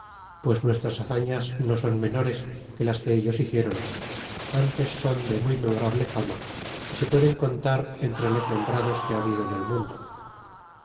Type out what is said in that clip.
pues nuestras hazañas no son menores que las que ellos idciéron antes son de muy memorable fama y se pueden contar entre los nombrados que ha habido en el mundo